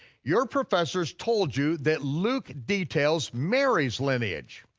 your professors told you that luke details mary's lineage.